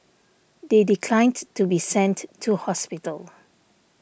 they declined to be sent to hospital